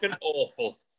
awful